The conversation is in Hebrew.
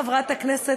חברת הכנסת,